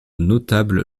notables